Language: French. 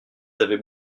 avaient